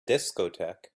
discotheque